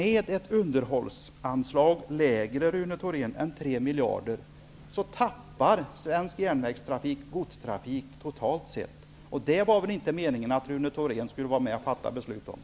Ett sådant beslut var det väl inte meningen att Rune Thorén skulle vara med om att fatta?